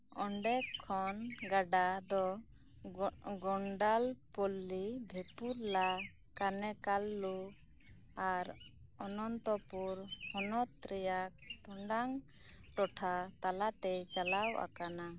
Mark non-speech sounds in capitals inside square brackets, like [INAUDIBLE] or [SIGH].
ᱚᱸᱰᱮ ᱠᱷᱚᱱ ᱜᱟᱰᱟ ᱫᱚ [UNINTELLIGIBLE] ᱜᱚᱱᱰᱟᱞ ᱯᱚᱞᱞᱤ ᱵᱷᱮᱯᱩᱨᱞᱟ ᱠᱟᱱᱮᱠᱟᱞᱞᱩ ᱟᱨ ᱚᱱᱚᱱᱛᱚᱯᱩᱨ ᱦᱚᱱᱚᱛ ᱨᱮᱭᱟᱜ ᱴᱚᱸᱰᱟᱝ ᱴᱚᱴᱷᱟ ᱛᱟᱞᱟᱛᱮ ᱪᱟᱞᱟᱣ ᱟᱠᱟᱱᱟ